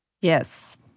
Yes